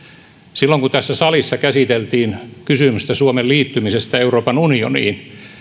silloin kun tässä salissa käsiteltiin kysymystä suomen liittymisestä euroopan unioniin